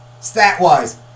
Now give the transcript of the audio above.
Stat-wise